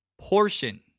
Portion